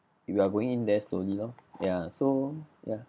we are going in there slowly loh ya so ya